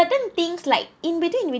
certain things like in between we